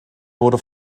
wurde